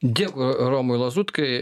dėkui romui lazutkai